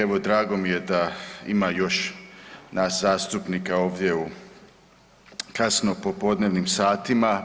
Evo drago mi je da ima još nas zastupnika ovdje u kasno popodnevnim satima.